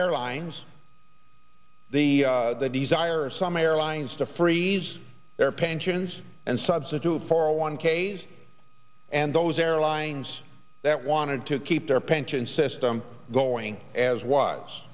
airlines the desire of some airlines to freeze their pensions and substitute for a one k s and those airlines that wanted to keep their pension system going as w